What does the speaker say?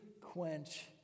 quench